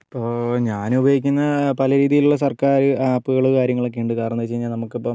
ഇപ്പോൾ ഞാനുപയോഗിക്കുന്ന പല രീതിയിലുള്ള സർക്കാർ ആപ്പുകൾ കാര്യങ്ങളൊക്കേയുണ്ട് കാരണമെന്നു വെച്ച് കഴിഞ്ഞാൽ നമുക്ക് ഇപ്പം